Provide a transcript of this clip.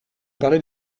parlais